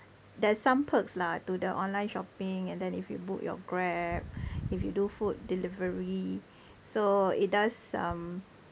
there's some perks lah to the online shopping and then if you book your Grab if you do food delivery so it does um